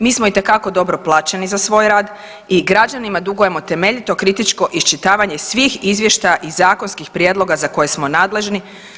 Mi smo itekako dobro plaćeni za svoj rad i građanima dugujemo temeljito i kritičko iščitavanje iz svih izvještaja i zakonskih prijedloga za koje smo nadležni.